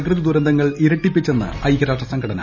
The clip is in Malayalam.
പ്രകൃതിദുരന്തങ്ങൾ ഇരട്ടിപ്പിച്ചെന്ന് ഐക്യരാഷ്ട്ര സംഘടന